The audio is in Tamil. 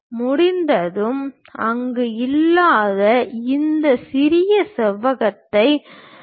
முடிந்ததும் அங்கு இல்லாத இந்த சிறிய செவ்வகத்தையும் மாற்றவும்